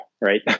right